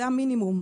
זה המינימום.